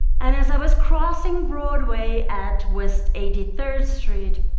and as i was crossing broadway at west eighty third street,